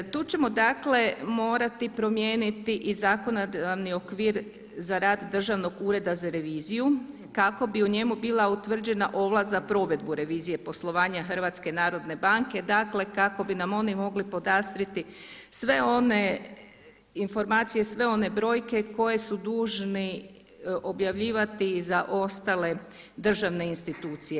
Tu ćemo dakle morati promijeniti i zakonodavni okvir za rad Državnog ureda za reviziju kako bi u njemu bila utvrđena ovlast za provedbu revizije poslovanja HNB-a, dakle kako bi nam oni mogli podastrijeti sve one informacije, sve one brojke koje su dužni objavljivati za ostale državne institucije.